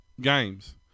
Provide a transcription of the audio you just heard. games